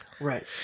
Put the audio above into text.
Right